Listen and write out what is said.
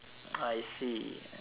I see